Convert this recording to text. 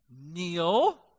kneel